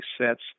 sets